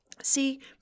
See